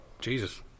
Jesus